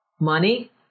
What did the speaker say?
money